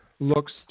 looks